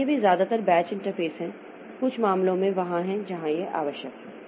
इसलिए वे ज्यादातर बैच इंटरफ़ेस हैं कुछ मामलों में वहाँ है जहाँ यह आवश्यक है